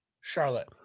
Charlotte